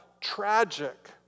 tragic